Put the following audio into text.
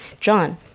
John